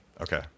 Okay